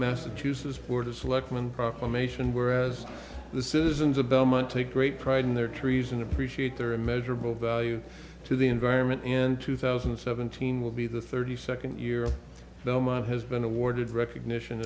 massachusetts board of selectmen proclamation whereas the citizens of belmont take great pride in their trees and appreciate their measurable value to the environment and two thousand and seventeen will be the thirty second year belmont has been awarded recognition